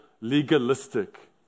legalistic